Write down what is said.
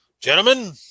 gentlemen